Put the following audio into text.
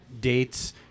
dates